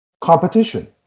competition